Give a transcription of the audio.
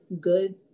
good